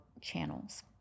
channels